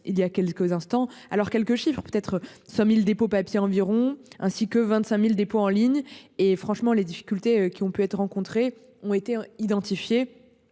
il y a quelques instants. Alors quelques chiffres peut être 100.000 dépôts papier environ ainsi que 25.000 dépôts en ligne et franchement les difficultés qui ont pu être rencontrés ont été identifiés.